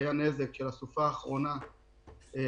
גם בטבריה היה נזק מהסופה האחרונה של